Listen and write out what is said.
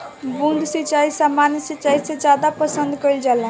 बूंद सिंचाई सामान्य सिंचाई से ज्यादा पसंद कईल जाला